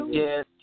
yes